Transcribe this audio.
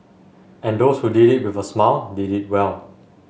and those who did it with a smile did it well